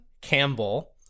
Campbell